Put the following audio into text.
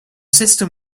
system